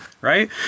Right